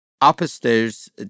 upstairs